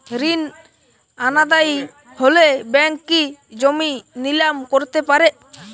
ঋণ অনাদায়ি হলে ব্যাঙ্ক কি জমি নিলাম করতে পারে?